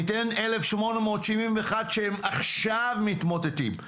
ניתן 1,871 שהם עכשיו מתמוטטים.